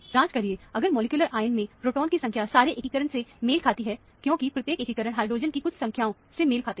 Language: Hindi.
जांच करिए अगर मॉलिक्यूलर फार्मूला में प्रोटोन की संख्या सारे एकीकरण से मेल खाती है क्योंकि प्रत्येक एकीकरण हाइड्रोजन की कुछ संख्याओं से मेल खाते हैं